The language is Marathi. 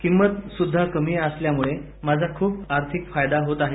किंमत सुध्दा कमी असल्यामुळे माझा खूप आर्थिक फायदा होत आहे